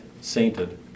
sainted